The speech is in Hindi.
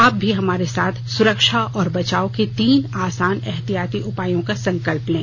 आप भी हमारे साथ सुरक्षा और बचाव के तीन आसान एहतियाती उपायों का संकल्प लें